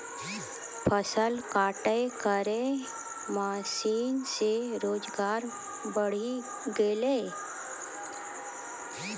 फसल काटै केरो मसीन सें रोजगार बढ़ी गेलै